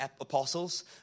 apostles